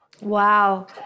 Wow